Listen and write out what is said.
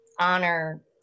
honor